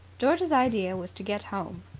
george's idea was to get home.